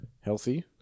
healthy